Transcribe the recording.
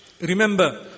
Remember